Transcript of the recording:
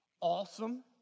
awesome